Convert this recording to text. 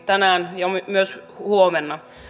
tänään ja myös huomenna